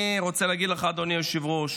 אדוני היושב-ראש,